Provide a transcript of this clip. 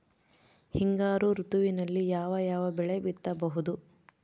ಹಿಂಗಾರು ಋತುವಿನಲ್ಲಿ ಯಾವ ಯಾವ ಬೆಳೆ ಬಿತ್ತಬಹುದು?